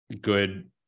good